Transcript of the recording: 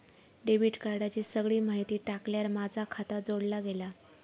debit कार्डाची सगळी माहिती टाकल्यार माझा खाता जोडला गेला